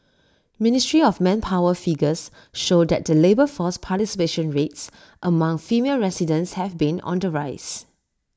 ministry of manpower figures show that the labour force participation rates among female residents have been on the rise